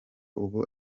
ubu